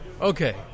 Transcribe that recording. Okay